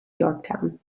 yorktown